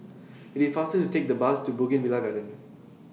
IT IS faster to Take The Bus to Bougainvillea Garden